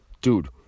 Dude